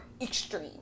extreme